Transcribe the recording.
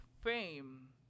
fame